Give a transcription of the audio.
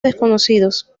desconocidos